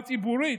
הציבורית,